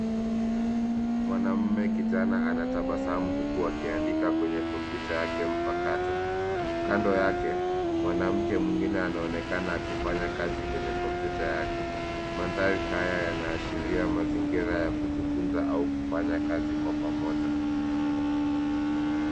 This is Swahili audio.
Mwanamume kijana anatabasamu huku akiandika kwenye kompyuta yake mpakato. Kando yake mwanamke mwingine anaonekana akifanya kazi kwenye kompyuta yake. Manthari haya yanaashiria mazingira ya kujifunza au kufanya kazi kwa pamoja.